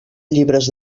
llibres